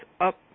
up